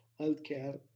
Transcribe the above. healthcare